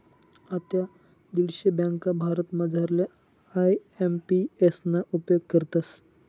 आते दीडशे ब्यांका भारतमझारल्या आय.एम.पी.एस ना उपेग करतस